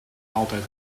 altijd